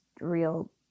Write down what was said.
real